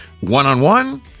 One-on-one